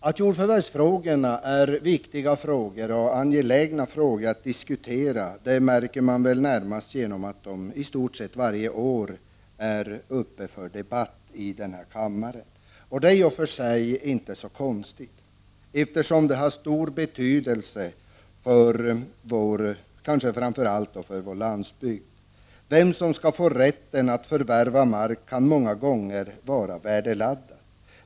Att jordförvärvsfrågorna är viktiga och angelägna att diskutera märker vi närmast genom att de är uppe till debatt i den här kammaren i stort sett varje år. Det är i och för sig inte så konstigt, eftersom de har stor betydelse, framför allt för vår landsbygd. Frågan om vem som skall få rätt att förvärva mark kan många gånger vara värdeladdad.